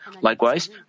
Likewise